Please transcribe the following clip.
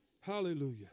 Hallelujah